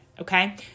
Okay